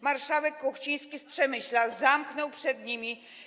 Marszałek Kuchciński z Przemyśla zamknął przed nimi.